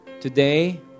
Today